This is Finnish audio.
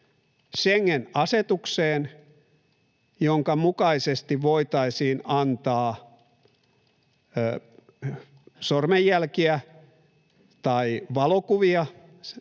Schengen-asetukseen, jonka mukaisesti voitaisiin antaa sormenjälkiä tai valokuvia